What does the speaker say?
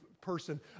person